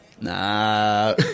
Nah